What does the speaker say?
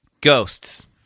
Ghosts